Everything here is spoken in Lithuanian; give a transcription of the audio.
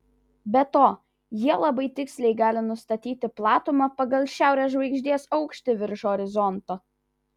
be to jie labai tiksliai gali nustatyti platumą pagal šiaurės žvaigždės aukštį virš horizonto